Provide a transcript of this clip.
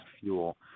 fuel